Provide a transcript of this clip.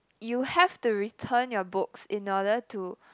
you have to return your books in order to